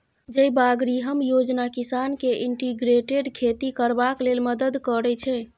जयबागरिहम योजना किसान केँ इंटीग्रेटेड खेती करबाक लेल मदद करय छै